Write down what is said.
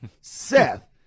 Seth